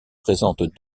présente